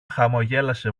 χαμογέλασε